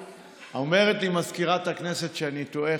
אומרת לי מזכירת הכנסת שאני טועה.